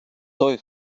той